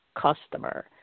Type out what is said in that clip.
customer